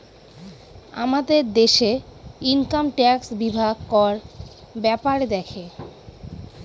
আমাদের দেশে income tax বিভাগ কর ব্যাপারে দেখে